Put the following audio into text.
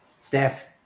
Steph